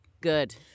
Good